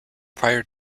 prior